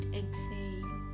exhale